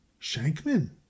Shankman